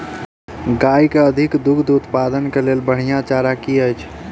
गाय केँ अधिक दुग्ध उत्पादन केँ लेल बढ़िया चारा की अछि?